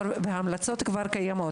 וההמלצות כבר קיימות.